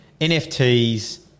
NFTs